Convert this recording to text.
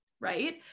right